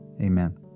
amen